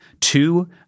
Two